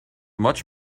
much